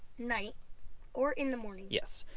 night or in the morning. yes,